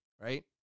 right